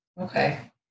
Okay